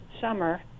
summer